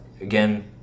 again